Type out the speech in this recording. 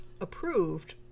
approved